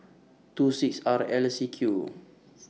two six R L C Q